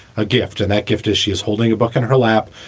a gift and that gift as she is holding a book in her lap.